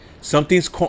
something's